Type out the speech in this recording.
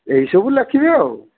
ଏଇସବୁ ଲେଖିବେ ଆଉ